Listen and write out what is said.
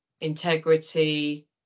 integrity